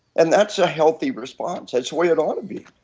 and that's a healthy response, i swear it ought to be.